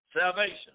salvation